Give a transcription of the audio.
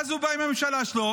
ואז הוא בא עם הממשלה שלו,